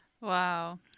Wow